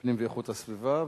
הפנים ואיכות הסביבה.